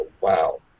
wow